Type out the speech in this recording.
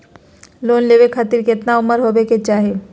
Loan लेवे खातिर केतना उम्र होवे चाही?